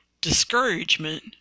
discouragement